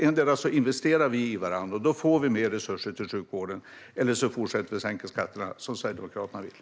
Endera investerar vi i varandra, och då får vi mer resurser till sjukvården, eller så fortsätter vi att sänka skatterna som Sverigedemokraterna vill.